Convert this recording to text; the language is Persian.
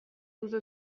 روز